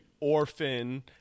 orphan